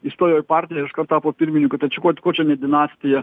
įstojo į partiją ir iškart tapo pirmininku tai čia kuo kuo čia ne dinastija